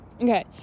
okay